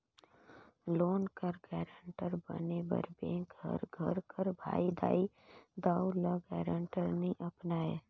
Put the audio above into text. loan कर guarantor बने बर बेंक हर घर कर भाई, दाई, दाऊ, ल गारंटर नी अपनाए